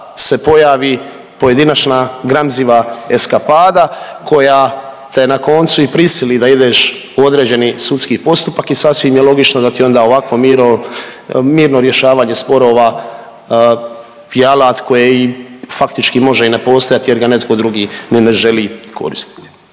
se pojavi pojedinačna gramziva eskapada koja te na koncu i prisili da ideš u određeni sudski postupak i sasvim je logično da ti onda ovakvo mirno rješavanje sporova je alat koji faktički može i ne postojat jer ga netko drugi ni ne želi koristiti,